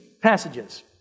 passages